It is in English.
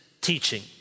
teaching